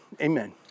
amen